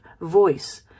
voice